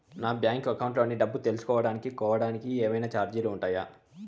నా bank account లోని డబ్బు తెలుసుకోవడానికి కోవడానికి ఏమన్నా చార్జీలు ఉంటాయా?